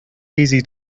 easy